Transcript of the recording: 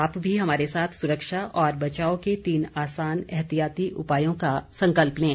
आप भी हमारे साथ सुरक्षा और बचाव के तीन आसान एहतियाती उपायों का संकल्प लें